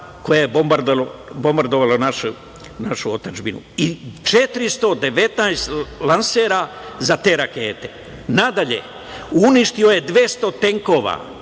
koje je bombardovalo našu otadžbinu, i 419 lansera za te rakete. Nadalje, uništio je 200 tenkova,